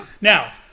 Now